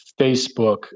Facebook